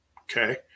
okay